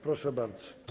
Proszę bardzo.